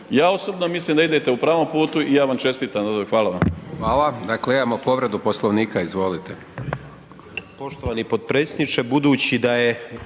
Ja osobno mislim da idete u pravom putu i ja vam čestitam. Hvala vam. **Hajdaš Dončić, Siniša (SDP)** Hvala. Dakle imamo povredu Poslovnika, izvolite.